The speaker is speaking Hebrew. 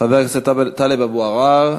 חבר הכנסת טלב אבו עראר.